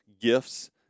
gifts